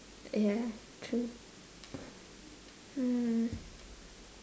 ya true hmm